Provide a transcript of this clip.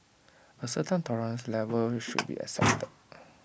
A certain tolerance level should be accepted